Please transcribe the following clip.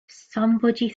somebody